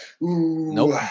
Nope